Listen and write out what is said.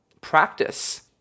practice